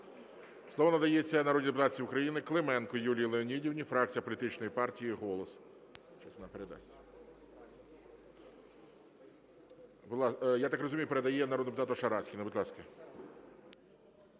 Слово надається народній депутатці України Клименко Юлії Леонідівні, фракція політичної партії "Голос".